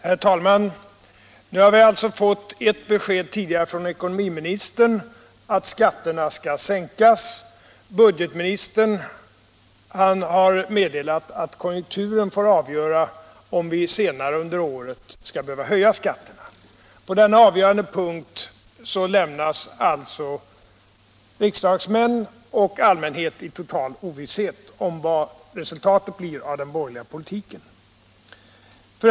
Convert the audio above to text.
Herr talman! Tidigare har vi alltså fått ett besked från ekonomiministern om att skatterna skall sänkas. Budgetministern har nu meddelat att konjunkturen får avgöra om vi senare under året skall behöva höja skatterna. På denna avgörande punkt lämnas alltså riksdagsmän och allmänhet i total ovisshet om vad resultatet blir av den borgerliga politiken.